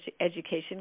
education